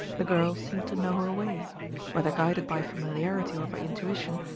the girl seemed to know her way whether guided by familiarity or by intuition,